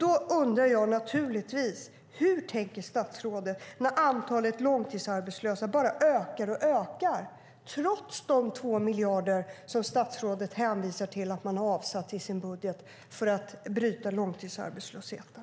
Då undrar jag naturligtvis: Hur tänker statsrådet när antalet långtidsarbetslösa bara ökar och ökar, trots de 2 miljarder som statsrådet hänvisar till att man har avsatt i sin budget för att bryta långtidsarbetslösheten?